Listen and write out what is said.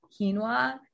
quinoa